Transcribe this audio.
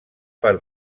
per